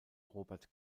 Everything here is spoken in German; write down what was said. robert